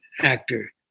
actor